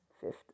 fifth